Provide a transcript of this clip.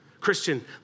Christian